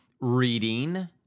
reading